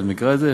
את מכירה את זה?